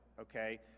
okay